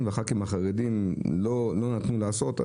וחברי הכנסת החרדיים לא נותנים לעשות,